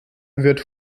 wird